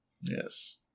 yes